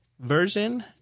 version